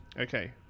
okay